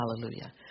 Hallelujah